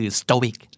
stoic